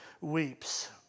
weeps